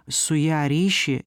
su ja ryšį